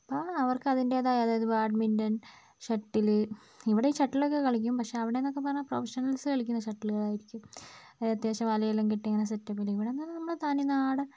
അപ്പോൾ അവർക്ക് അതിന്റേതായ അതായത് ബാഡ്മിന്റൺ ഷട്ടിൽ ഇവിടെ ഈ ഷട്ടിൽ ഒക്കെ കളിക്കും പക്ഷേ അവിടെ എന്നൊക്കെ പറഞ്ഞാൽ പ്രൊഫഷണൽസ് കളിക്കുന്ന ഷട്ടിൽ ആയിരിക്കും അത് അത്യാവശ്യം വലയെല്ലാം കെട്ടി ഇങ്ങനെ സെറ്റപ്പിൽ ഇവിടെ എന്ന് പറഞ്ഞാൽ നമ്മൾ തനി നാടൻ